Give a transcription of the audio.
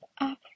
up